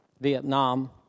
Vietnam